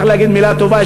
צריך להגיד מילה טובה,